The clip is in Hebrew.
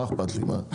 מה אכפת לי.